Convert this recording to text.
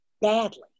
badly